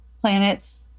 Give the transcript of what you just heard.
planets